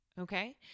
Okay